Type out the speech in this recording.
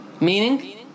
Meaning